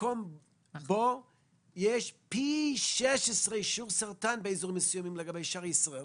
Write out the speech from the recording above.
מקום בו יש פי 16 שיעור סרטן באזורים מסוימים ביחס לשאר ישראל.